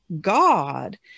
God